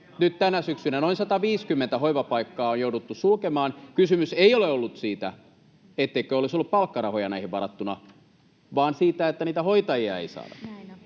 nyt tänä syksynä noin 150 hoivapaikkaa on jouduttu sulkemaan. Kysymys ei ole ollut siitä, etteikö olisi ollut palkkarahoja näihin varattuna, vaan siitä, että niitä hoitajia ei saada.